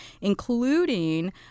including